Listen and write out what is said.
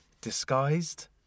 Disguised